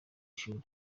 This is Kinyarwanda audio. ishuri